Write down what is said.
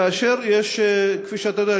כאשר כפי שאתה יודע,